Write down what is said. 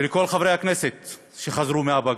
ולכל חברי הכנסת שחזרו מהפגרה.